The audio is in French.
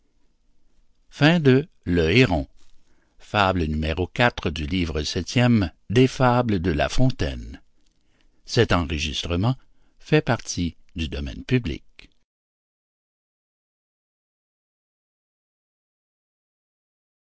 les fables de la fontaine